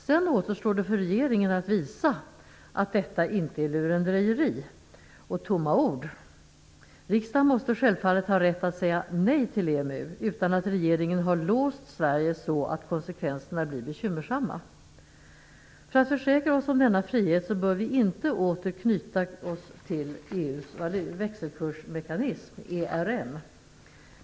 Sedan återstår det för regeringen att visa att detta inte är lurendrejeri och tomma ord. Riksdagen måste självfallet ha rätt att säga nej till EMU, utan att regeringen har låst Sverige så att konsekvenserna blir bekymmersamma. För att försäkra oss om denna frihet bör vi inte åter knyta oss til EU:s växelkursmekanism, ERM.